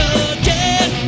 again